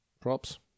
props